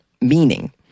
meaning